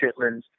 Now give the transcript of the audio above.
Chitlins